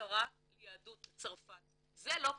להשכרה ליהדות צרפת" זה לא פלסתר.